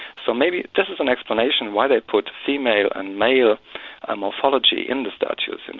so maybe this is an explanation why they put female and male ah morphology in the statues, and